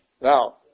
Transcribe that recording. Now